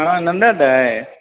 हँ नन्दा दाइ